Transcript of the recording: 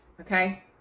Okay